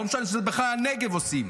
לא משנה שזה בכלל הנגב עושים,